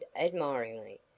admiringly